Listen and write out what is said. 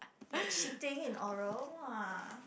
like cheating in oral !wah!